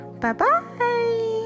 bye-bye